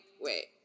wait